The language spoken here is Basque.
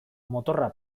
motorra